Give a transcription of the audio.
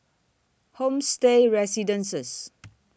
Homestay Residences